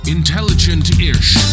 Intelligent-ish